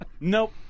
Nope